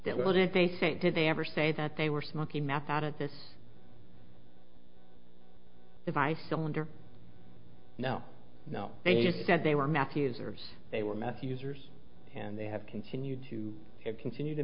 that well didn't they say did they ever say that they were smoking meth out of this device cylinder no no they just said they were meth users they were meth users and they have continued to continue to